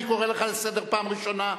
אני קורא לך לסדר פעם ראשונה.